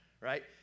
right